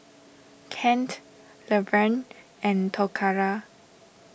Kent Laverne and Toccara